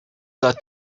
got